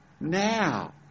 Now